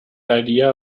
idea